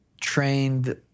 trained